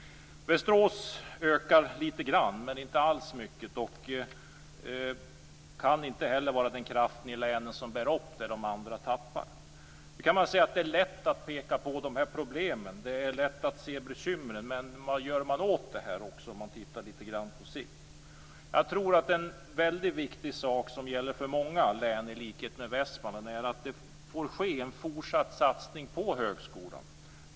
Västerås ökar litet grand, men inte alls mycket, och kan inte heller vara den kraft i länet som bär upp det de andra tappar. Man kan säga att det är lätt att peka på problemen. Det är lätt att se bekymren. Men vad gör man åt dem på sikt? Jag tror att en mycket viktig sak är att det får ske en fortsatt satsning på högskolan. I likhet med Västmanland gäller det för många län.